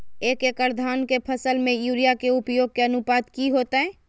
एक एकड़ धान के फसल में यूरिया के उपयोग के अनुपात की होतय?